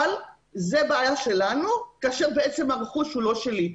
אבל זאת בעיה שלנו כאשר בעצם הרכוש הוא לא שלי.